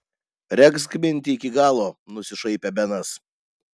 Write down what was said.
regzk mintį iki galo nusišaipė benas